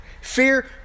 Fear